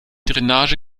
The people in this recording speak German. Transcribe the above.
drainage